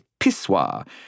pissoir